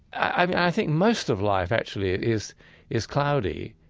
i think most of life, actually, is is cloudy,